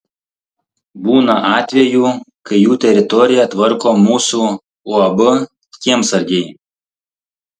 būna atvejų kai jų teritoriją tvarko mūsų uab kiemsargiai